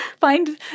Find